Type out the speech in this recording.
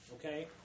Okay